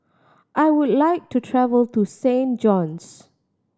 I would like to travel to Saint John's